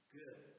good